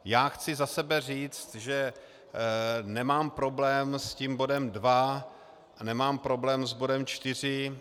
Já chci za sebe říct, že nemám problém s tím bodem 2 a nemám problém s bodem 4.